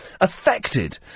affected